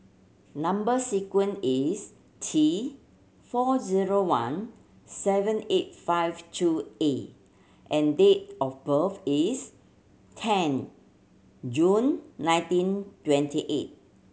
number sequence is T four zero one seven eight five two A and date of birth is ten June nineteen twenty eight